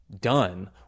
done